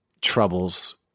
troubles